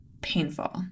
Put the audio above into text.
painful